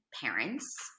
parents